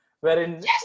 wherein